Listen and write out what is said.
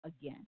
again